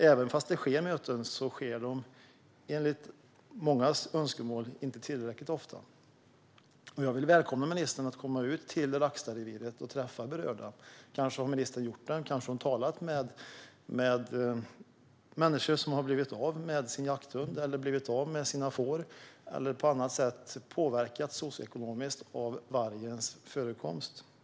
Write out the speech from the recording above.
Även om möten förekommer sker det enligt många människors uppfattning inte tillräckligt ofta. Jag vill välkomna ministern att komma ut till Rackstadreviret och träffa berörda personer. Kanske har ministern gjort det - kanske har hon talat med människor som har blivit av med sin jakthund eller med sina får eller på annat sätt påverkats socioekonomiskt av vargens förekomst.